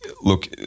look